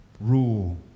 rule